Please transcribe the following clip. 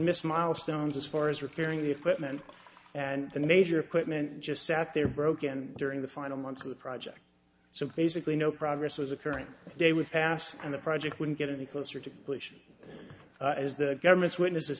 missed milestones as far as repairing the equipment and the major quitman just sat there broken during the final months of the project so basically no progress was occurring day with pass and the project wouldn't get any closer to pollution is the government's witnesses